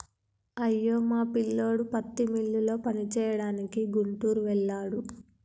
అయ్యో మా పిల్లోడు పత్తి మిల్లులో పనిచేయడానికి గుంటూరు వెళ్ళాడు